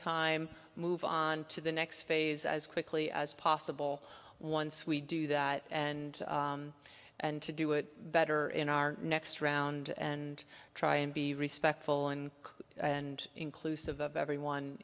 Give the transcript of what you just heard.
time move on to the next phase as quickly as possible once we do that and and to do it better in our next round and try and be respectful in and inclusive of everyone